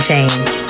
James